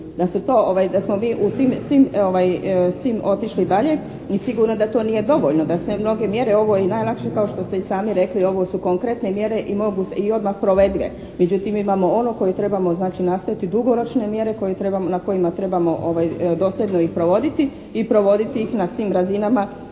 Da smo u tim svim otišli dalje, i sigurno da to nije dovoljno. Da se mnoge mjere, ovo je najlakše kao što ste i sami rekli. Ovo su konkretne mjere i mogu se, i odmah provedive. Međutim imamo ono koje trebamo, znači, nastojati dugoročne mjere na kojima trebamo dosljedno i provoditi i provoditi ih na svim razinama